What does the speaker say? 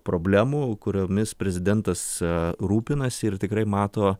problemų kuriomis prezidentas rūpinasi ir tikrai mato